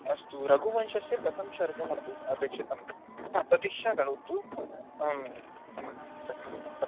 अस्तु रघुवंशस्य प्रथमसर्गम् अपे अपेक्षितम् प्रतीक्षा करोतु अहं दास्य